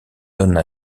donnent